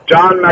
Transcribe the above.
John